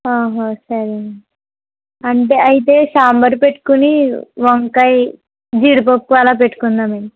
సరే అండి అంటే అయితే సాంబారు పెట్టుకుని వంకాయి జీడిపప్పు అలా పెట్టుకుందామండి